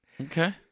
Okay